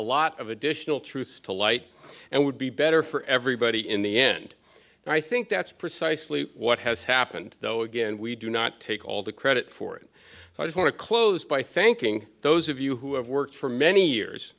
a lot of additional troops to light and would be better for everybody in the end i think that's precisely what has happened though again we do not take all the credit for it so i just want to close by thanking those of you who have worked for many years